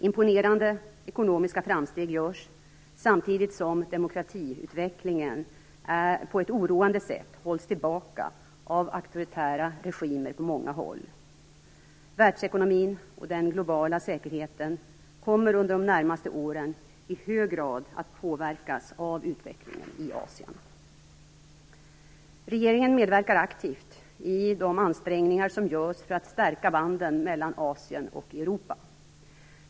Imponerande ekonomiska framsteg görs, samtidigt som demokratiutvecklingen på ett oroande sätt hålls tillbaka av auktoritära regimer på många håll. Världsekonomin och den globala säkerheten kommer under de närmaste åren i hög grad att påverkas av utvecklingen i Asien. Regeringen medverkar aktivt i de ansträngningar som görs för att stärka banden mellan Asien och Europa.